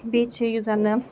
بیٚیہِ چھُ یُس زَنہٕ